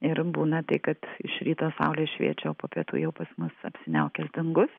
ir būna tai kad iš ryto saulė šviečia o po pietų jau pas mus apsiniaukęs dangus